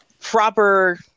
proper